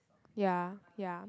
ya ya